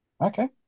Okay